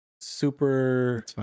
Super